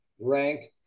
ranked